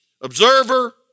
observer